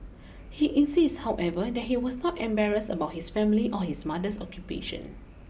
he insists however that he was not embarrassed about his family or his mother's occupation